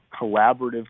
collaborative